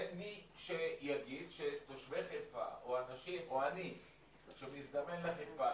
אין מי שיגיד שתושבי חיפה או אני שמזדמן לחיפה,